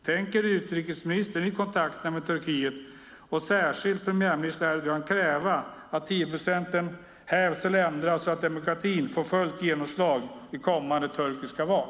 Tänker utrikesministern i kontakterna med Turkiet och särskilt premiärministern Erdogan kräva att 10-procentsregeln hävs så att demokratin får fullt genomslag i kommande turkiska val?